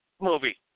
movie